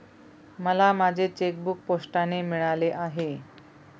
मला माझे चेकबूक पोस्टाने मिळाले आहे